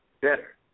better